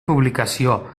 publicació